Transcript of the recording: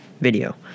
video